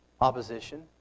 opposition